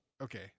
okay